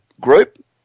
group